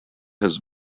has